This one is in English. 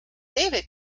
david